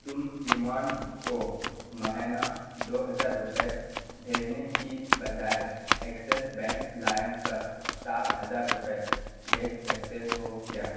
تم ایمان کو مہینہ دو ہزار روپے بھیجنے کی بجائے ایکسس بینک لائم پر ساٹھ ہزار روپے بھیج سکتے ہو کیا